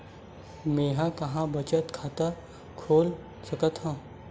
मेंहा कहां बचत खाता खोल सकथव?